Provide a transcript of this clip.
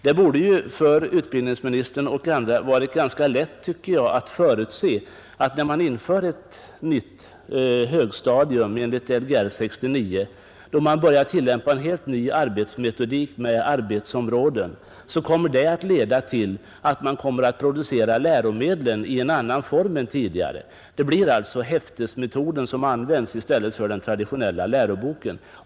Det borde ju för utbildningsministern och andra personer som sysslat med denna fråga ha varit ganska lätt att förutse att när man inför ett nytt högstadium enligt Lgr 69, då man börjar tillämpa en helt ny arbetsmetodik med arbetsområden, så kommer det att leda till att läromedlen kommer att produceras i en annan form än tidigare. Det blir alltså häftesmetoden som används i stället för den traditionella läroboken.